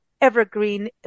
evergreen